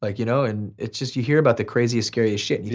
like you know and it's just you hear about the craziest scariest shit.